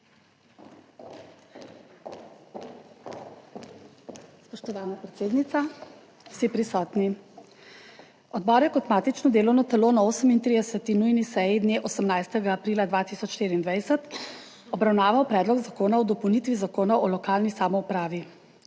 Spoštovana predsednica, vsi prisotni! Odbor je kot matično delovno telo na 38. nujni seji dne 18. aprila 2024 obravnaval Predlog zakona o dopolnitvi Zakona o lokalni samoupravi.